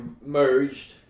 merged